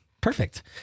Perfect